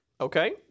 Okay